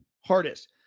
hardest